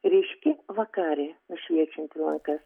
ryški vakarė nušviečianti lankas